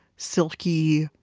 silky,